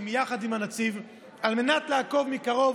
יחד עם הנציב על מנת לעקוב מקרוב,